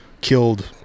killed